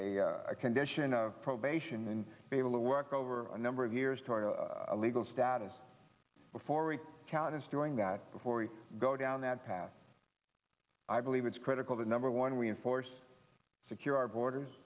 a condition of probation and be able to work over a number of years toward a legal status before we can is doing that before we go down that path i believe it's critical to number one we enforce secure our borders